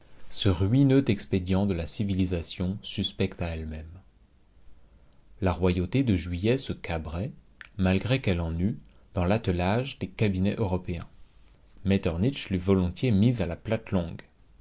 ce ruineux expédient de la civilisation suspecte à elle-même la royauté de juillet se cabrait malgré qu'elle en eût dans l'attelage des cabinets européens metternich l'eût volontiers mise à la